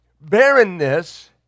Barrenness